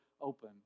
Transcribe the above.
open